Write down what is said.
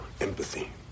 empathy